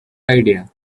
idea